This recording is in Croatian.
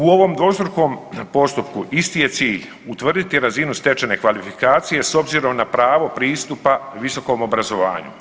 U ovom dvostrukom postupku isti je cilj, utvrditi razinu stečene kvalifikacije s obzirom na pravo pristupa visokom obrazovanju.